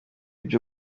byo